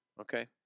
Okay